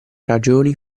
ragioni